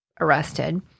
arrested